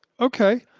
Okay